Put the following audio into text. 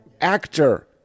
actor